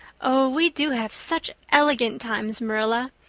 oh, we do have such elegant times, marilla.